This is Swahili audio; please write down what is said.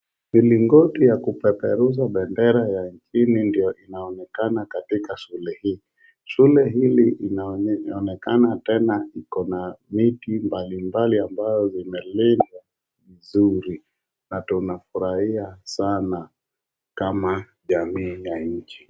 Milingoti ya kupeperusha bendera ya chini ndio inaonekana katika shule hii. Shule hili linaonekana tena liko na miti mbali mbali ambayo imelindwa vizuri na tunafurahia sana kama jamii ya nchi.